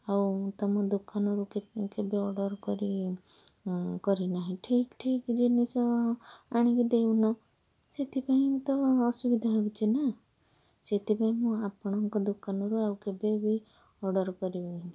ଆଉ ତୁମ ଦୋକାନରୁ କେବେ ଅର୍ଡ଼ର କରି କରିନାହିଁ ଠିକ୍ ଠିକ୍ ଜିନିଷ ଆଣିକି ଦେଉନ ସେଥିପାଇଁ ତ ଅସୁବିଧା ହେଉଛି ନା ସେଥିପାଇଁ ମୁଁ ଆପଣଙ୍କୁ ଦୋକାନରୁ ଆଉ କେବେ ବି ଅର୍ଡ଼ର କରିବିନି